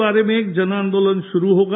को बारे में जनंआंदोलन शुरू होगा